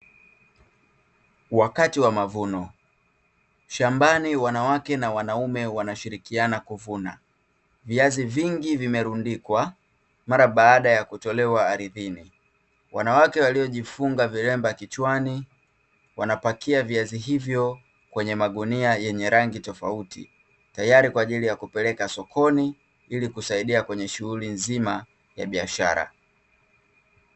Wakati wa mavuno, shambani wanawake na wanaume wanashirikiana kuvuna, viazi vingi vimerundikwa mara baada ya kutolewa ardhini, wanawake waliojifunga vilemba kichwani wanapakia viazi hivyo kwenye magunia yenye rangi tofauti tayari kwa ajili kupeleka sokoni ili kusaidia kwenye shughuli nzima ya biashara.